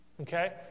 Okay